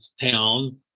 town